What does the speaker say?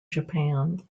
japan